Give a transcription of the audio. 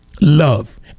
Love